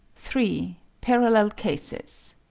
three. parallel cases